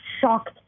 shocked